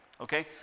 Okay